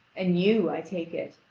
and you, i take it,